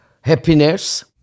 happiness